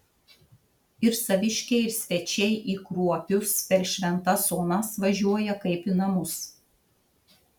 ir saviškiai ir svečiai į kruopius per šventas onas važiuoja kaip į namus